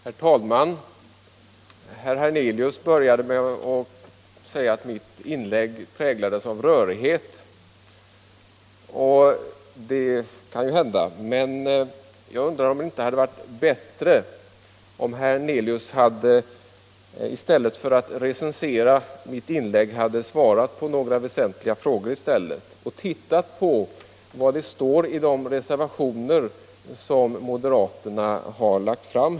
Herr talman! Herr Hernelius började med att säga att mitt inlägg präglades av rörighet, och det kan ju hända att det gjorde. Men jag undrar om det inte hade varit bättre att herr Hernelius, i stället för att recensera mitt inlägg, hade svarat på några väsentliga frågor och tittat på vad det står i de reservationer som moderaterna har avgivit.